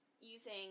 using